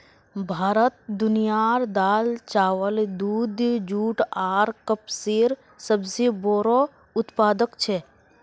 भारत दुनियार दाल, चावल, दूध, जुट आर कपसेर सबसे बोड़ो उत्पादक छे